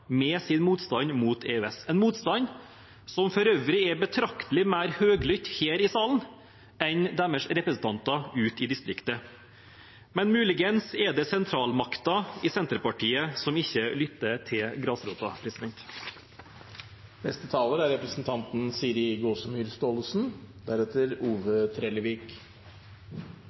med sin motstand mot EØS – en motstand som for øvrig er betraktelig mer høylytt her i salen enn hos deres representanter ute i distriktet. Men muligens er det sentralmakta i Senterpartiet som ikke lytter til grasrota. En kvalitet ved Norge er